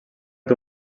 fet